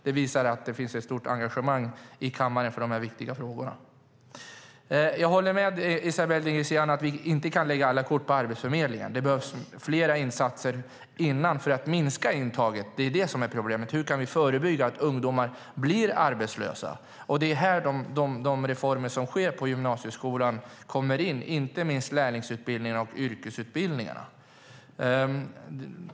Det visar att det finns ett stort engagemang i kammaren för dessa viktiga frågor. Jag håller med Esabelle Dingizian om att vi inte kan lägga alla kort på Arbetsförmedlingen. Det behövs fler insatser tidigare för att minska intaget. Det är det som är problemet. Hur kan vi förebygga att ungdomar blir arbetslösa? Det är här de reformer som sker på gymnasieskolan kommer in, inte minst lärlingsutbildningarna och yrkesutbildningarna.